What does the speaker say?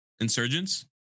Insurgents